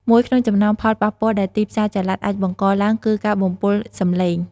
មួយក្នុងចំណោមផលប៉ះពាល់ដែលទីផ្សារចល័តអាចបង្កឡើងគឺការបំពុលសំឡេង។